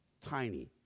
tiny